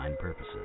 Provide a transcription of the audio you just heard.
purposes